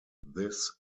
this